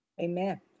Amen